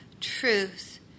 truth